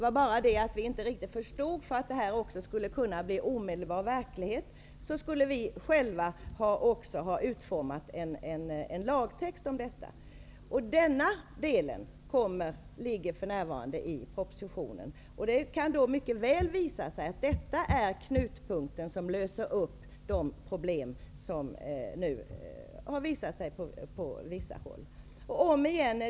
Vi förstod dock inte att för att detta skulle kunna bli verklighet omedelbart måste vi själva även utforma en lagtext om detta. Denna delen finns nu i propositionen. Detta kan mycket väl lösa upp de problem som visat sig på vissa håll.